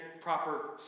proper